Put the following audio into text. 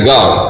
God